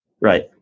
Right